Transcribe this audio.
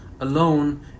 alone